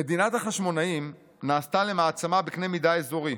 "מדינת החשמונאים נעשתה למעצמה בקנה מידה אזורי,